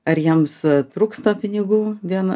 ar jiems trūksta pinigų vieno